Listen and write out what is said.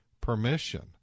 permission